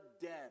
dead